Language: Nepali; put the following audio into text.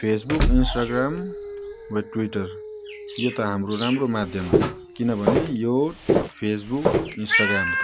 फेस बुक इन्स्टाग्राम वा ट्विटर यो त हाम्रो राम्रो माध्यम हो किनभने यो फेस बुक इन्स्टाग्राम